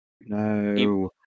No